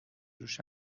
روش